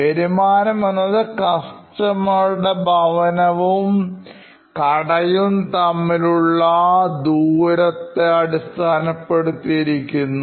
വരുമാനം എന്നത് കസ്റ്റമറുടെ ഭവനവും കടയും തമ്മിലുള്ള ദൂരത്തെ അടിസ്ഥാനപ്പെടുത്തി ഇരിക്കുന്നു